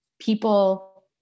people